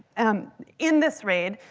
um in this raid,